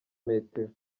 metero